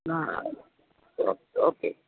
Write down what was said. હા okay okay